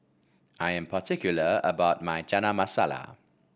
I am particular about my Chana Masala